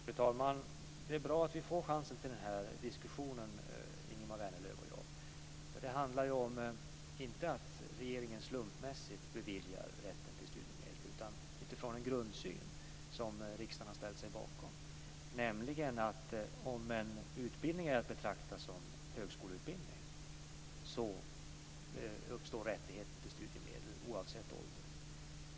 Fru talman! Det är bra att vi får chansen till den här diskussionen, Ingemar Vänerlöv och jag. Det handlar ju inte om att regeringen slumpmässigt beviljar rätten till studiemedel, utan man gör det utifrån en grundsyn som riksdagen har ställt sig bakom, nämligen att om en utbildning är att betrakta som högskoleutbildning uppstår rätten till studiemedel oavsett ålder.